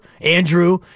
Andrew